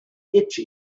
itchy